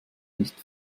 nicht